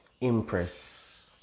Impress